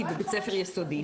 הישראלית,